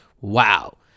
wow